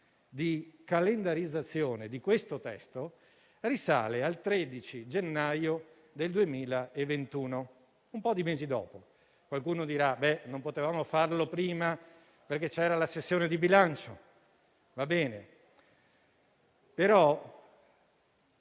di calendarizzazione di questo testo risale al 13 gennaio 2021, un po' di mesi dopo. Qualcuno dirà che non si poteva fare prima, perché c'era la sessione di bilancio. Va bene,